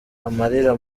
amarira